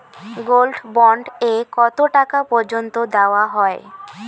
Gold bond এ কতো টাকা পর্যন্ত দেওয়া হয়?